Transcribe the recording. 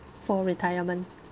for retirement